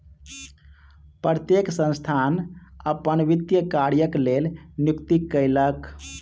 प्रत्येक संस्थान अपन वित्तीय कार्यक लेल नियुक्ति कयलक